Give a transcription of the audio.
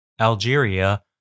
Algeria